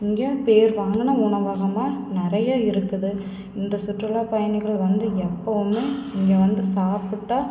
இங்கே பேர் வாங்கின உணவகமா நிறைய இருக்குது இந்தச் சுற்றுலாப் பயணிகள் வந்து எப்போவுமே இங்கே வந்து சாப்பிட்டா